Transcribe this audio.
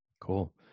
Cool